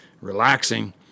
relaxing